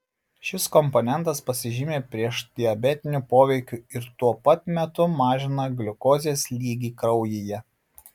šis komponentas pasižymi priešdiabetiniu poveikiu ir tuo pat metu mažina gliukozės lygį kraujyje